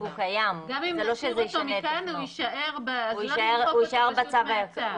גם אם נסיר אותו כאן הוא יישאר --- הוא יישאר בצו הישן.